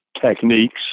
techniques